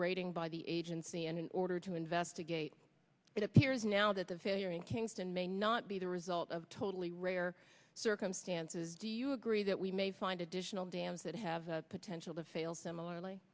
rating by the agency and in order to investigate it appears now that the failure in kingston may not be the result of totally rare circumstances do you agree that we may find additional dams that have the potential to fail similarly